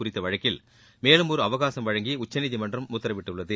குறித்த வழக்கில் மேலும் ஒரு அவகாசம் வழங்கி உச்சநீதிமன்றம் உத்தரவிட்டுள்ளது